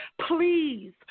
please